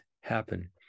happen